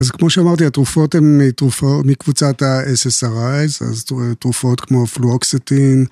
אז כמו שאמרתי, התרופות הן תרופות מקבוצת ה-SSRI, אז תרופות כמו פלואוקסטין.